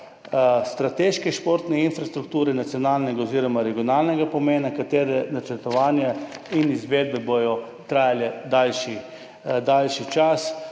strateške športne infrastrukture nacionalnega oziroma regionalnega pomena, katerih načrtovanje in izvedbe bodo trajale daljši čas.